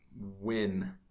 Win